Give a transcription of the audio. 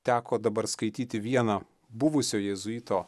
teko dabar skaityti vieną buvusio jėzuito